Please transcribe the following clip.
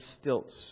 stilts